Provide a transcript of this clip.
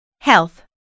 Health